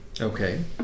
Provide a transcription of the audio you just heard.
Okay